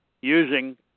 using